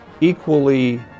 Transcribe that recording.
equally